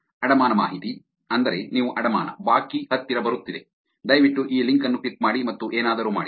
ಅಡಮಾನ ಮಾಹಿತಿ ಅಂದರೆ ನಿಮ್ಮ ಅಡಮಾನ ಬಾಕಿ ಹತ್ತಿರ ಬರುತ್ತಿದೆ ದಯವಿಟ್ಟು ಈ ಲಿಂಕ್ ಅನ್ನು ಕ್ಲಿಕ್ ಮಾಡಿ ಮತ್ತು ಏನಾದರೂ ಮಾಡಿ